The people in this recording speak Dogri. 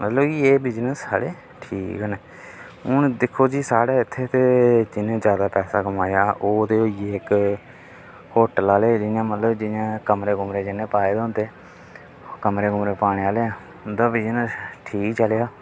मतलब कि एह् बिजनेस साढ़े ठीक न हून दिक्खो जी साढ़े इत्थै ते जि'नें ज्यादा पैसा कमाया ओह् ते होई गे इक्क होटल आह्ले जि'यां मतलब जि'यां कमरे कुमरे जि'नें पाए दे हुंदे कमरे कुमरे पाने आह्ले उं'दा बिजनेस ठीक चलेआ